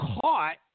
caught